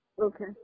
Okay